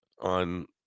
on